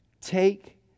take